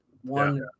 One